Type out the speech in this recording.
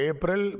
April